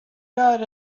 got